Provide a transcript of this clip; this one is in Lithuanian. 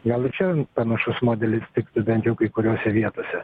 gal ir čia panašus modelis tiktų bent jau kai kuriose vietose